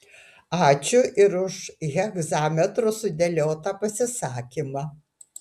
ačiū ir už hegzametru sudėliotą pasisakymą